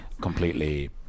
completely